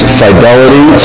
fidelity